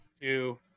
two